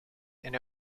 and